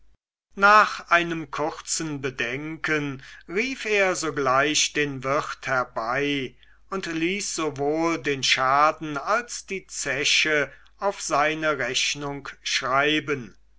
nach einem kurzen bedenken rief er sogleich den wirt herbei und ließ sowohl den schaden als auch die zeche auf seine rechnung schreiben